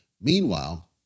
Meanwhile